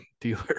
dealer